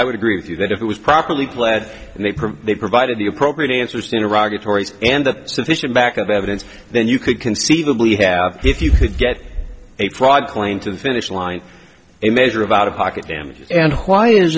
i would agree with you that if it was properly clad and they they provided the appropriate answers to rocket tori's and that sufficient back of evidence then you could conceivably have if you could get a fraud claim to the finish line a measure of out of pocket damage and why is